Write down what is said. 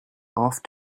off